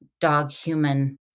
dog-human